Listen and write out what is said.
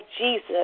jesus